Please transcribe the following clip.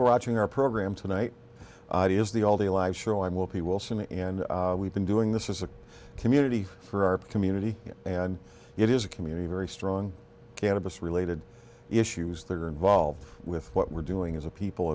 watching our program tonight it is the all the live show i will be wilson and we've been doing this as a community for our community and it is a community very strong cannabis related issues that are involved with what we're doing as a people